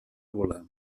volar